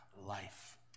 Life